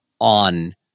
on